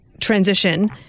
transition